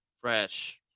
fresh